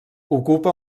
ocupa